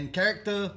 character